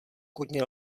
koně